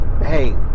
hey